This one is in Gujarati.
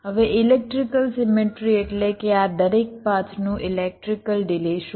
હવે ઇલેક્ટ્રિકલ સીમેટ્રી એટલે કે આ દરેક પાથ નું ઇલેક્ટ્રિકલ ડિલે શું છે